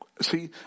see